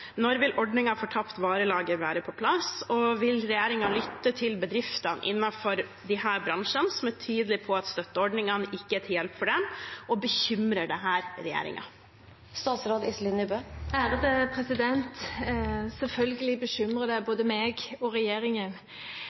når vil ordningen for tapt varelager være på plass, og vil regjeringen lytte til bedriftene innenfor disse bransjene som er tydelige på at støtteordningene ikke er til hjelp for dem, og bekymrer dette regjeringen?» Selvfølgelig bekymrer det både meg og regjeringen.